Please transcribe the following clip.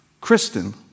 Kristen